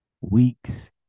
weeks